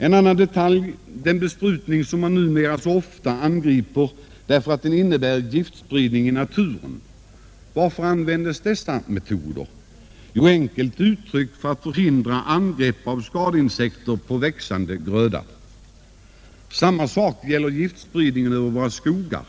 En annan detalj är den besprutning som numera så ofta angrips därför att den innebär giftspridning i naturen. Varför användes då dessa metoder? Jo, enkelt uttryckt för att förhindra angrepp av skadeinsekter på växande gröda. Detsamma gäller giftspridningen över våra skogar.